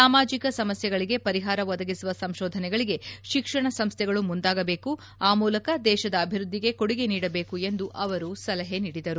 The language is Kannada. ಸಾಮಾಜಿಕ ಸಮಸ್ಥೆಗಳಿಗೆ ಪರಿಹಾರ ಒದಗಿಸುವ ಸಂಶೋಧನೆಗಳಿಗೆ ಶಿಕ್ಷಣ ಸಂಸ್ಥೆಗಳು ಮುಂದಾಗಬೇಕು ಆ ಮೂಲಕ ದೇಶದ ಅಭಿವೃದ್ಧಿಗೆ ಕೊಡುಗೆ ನೀಡಬೇಕು ಎಂದು ಅವರು ಸಲಹೆ ನೀಡಿದರು